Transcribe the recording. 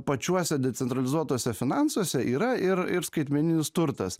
pačiuose decentralizuotuose finansuose yra ir ir skaitmeninis turtas